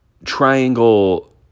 Triangle